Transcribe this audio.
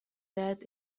that